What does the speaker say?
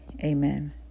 Amen